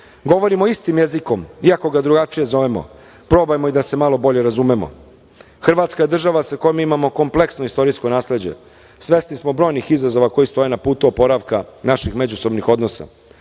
Govorimo istim jezikom, iako ga drugačije zovemo, probajmo i da se malo bolje razumemo. Hrvatska je država sa kojom imamo kompleksno istorijsko nasleđe. Svesni smo brojnih izazova koji stoje na putu oporavka naših međusobnih odnosa.